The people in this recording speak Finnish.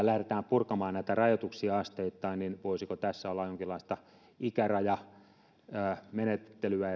lähdetään purkamaan asteittain niin voisiko tässä olla jonkinlaista ikärajamenettelyä